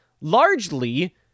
largely